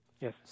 Yes